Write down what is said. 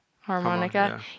harmonica